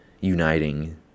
uniting